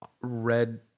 red